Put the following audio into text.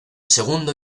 segundo